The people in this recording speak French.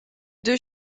deux